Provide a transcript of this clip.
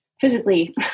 physically